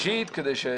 לא משנה כרגע